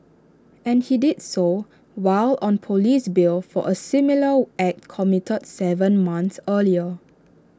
and he did so while on Police bail for A similar act committed Seven months earlier